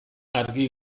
argi